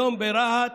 היום ברהט